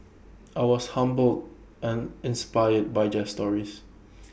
I was humbled and inspired by their stories